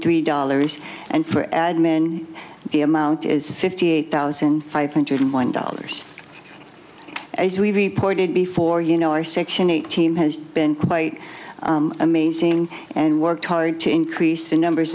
three dollars and for admin the amount is fifty eight thousand five hundred one dollars as we reported before you know our section eight team has been quite amazing and worked hard to increase the numbers